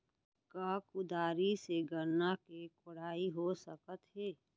का कुदारी से गन्ना के कोड़ाई हो सकत हे?